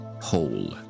whole